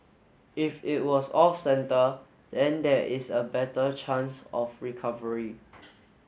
if it was off centre then there is a better chance of recovery